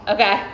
Okay